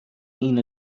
این